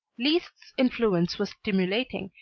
liszt's influence was stimulating,